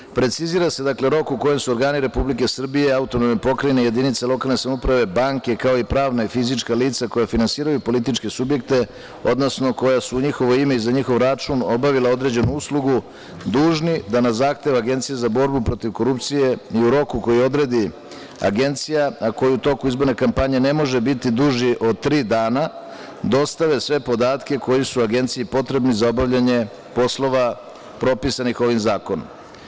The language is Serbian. Dakle, precizira se rok u kojem su organi Republike Srbije, AP i jedinice lokalne samouprave, banke, kao i pravna i fizička lica koja finansiraju političke subjekte, odnosno koja su u njihovo ime i za njihov račun obavile određenu uslugu, dužni da na zahtev Agencije za borbu protiv korupcije i u roku koji odredi agencija, a koji u toku izborne kampanje ne može biti duži od tri dana, dostave sve podatke koji su agenciji potrebni za obavljanje poslova propisnim ovim zakonom.